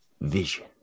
vision